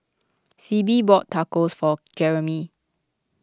Sibbie bought Tacos for Jeremy